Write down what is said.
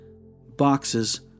Boxes